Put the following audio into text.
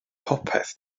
popeth